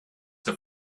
have